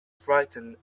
frightened